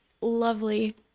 lovely